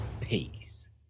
Peace